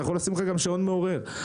או לשים שעון מעורר.